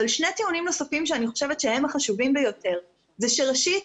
אבל שני טיעונים נוספים שהם חשובים ביותר ראשית,